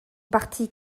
parti